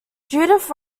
judith